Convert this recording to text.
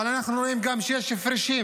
אבל אנחנו גם רואים שיש הפרשים